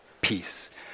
peace